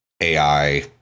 AI